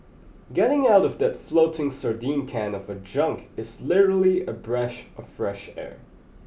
getting out of that floating sardine can of a junk is literally a breath of fresh air